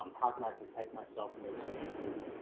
um how can i protect myself in those spaces.